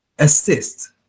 assist